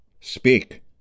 speak